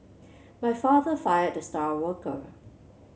my father fired the star worker